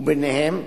וביניהם: